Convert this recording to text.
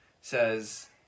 says